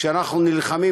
כשאנחנו נלחמים,